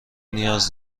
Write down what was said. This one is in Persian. نیاز